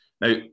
Now